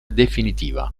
definitiva